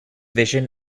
vision